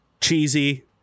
cheesy